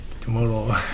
tomorrow